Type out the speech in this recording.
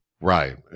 Right